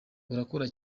urakora